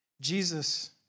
Jesus